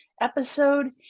episode